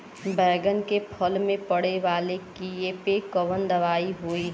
बैगन के फल में पड़े वाला कियेपे कवन दवाई होई?